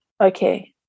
okay